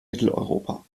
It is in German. mitteleuropa